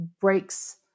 breaks